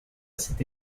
cette